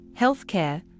healthcare